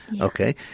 Okay